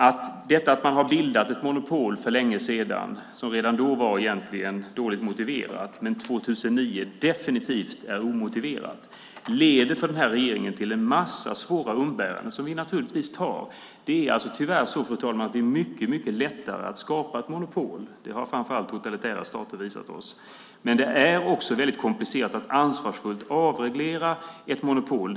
Att man har bildat ett monopol för längesedan, som redan då egentligen var dåligt motiverat men som 2009 definitivt är omotiverat, leder för den här regeringen till en massa svåra umbäranden som vi naturligtvis tar. Fru ålderspresident! Det är tyvärr mycket lättare att skapa ett monopol. Det har framför allt totalitära stater visat oss. Det är också väldigt komplicerat att ansvarsfullt avreglera ett monopol.